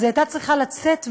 היא הייתה צריכה לצאת ולעבוד.